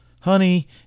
Honey